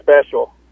special